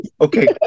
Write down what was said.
Okay